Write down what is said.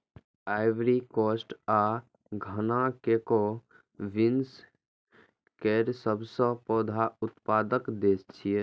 Ivory Coast आ Ghana cocoa beans केर सबसं पैघ उत्पादक देश छियै